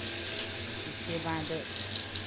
उसके बाद